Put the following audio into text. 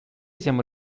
siamo